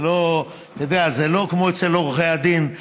זה לא כמו אצל עורכי הדין: